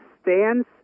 stands